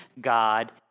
God